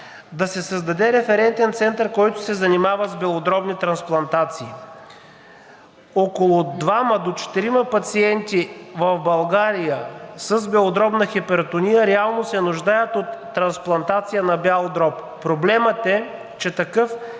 да се създаде референтен център, който се занимава с белодробни трансплантации. Около двама до четирима пациенти в България с белодробна хипертония реално се нуждаят от трансплантация на бял дроб. Проблемът е, че такъв